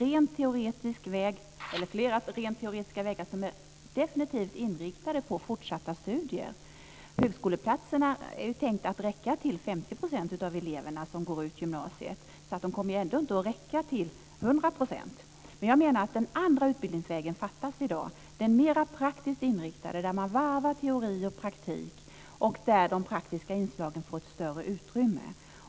Det ska finnas flera rent teoretiska vägar som definitivt är inriktade på fortsatta studier. Högskoleplatserna är ju tänkta att räcka till 50 % av de elever som går ut gymnasiet, så de kommer ändå inte att räcka till 100 % av dem. Men jag menar att den andra utbildningsvägen i dag fattas, den mera praktiskt inriktade där man varvar teori och praktik och där de praktiska inslagen får ett större utrymme.